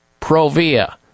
Provia